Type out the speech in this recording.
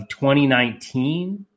2019